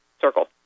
circle